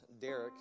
Derek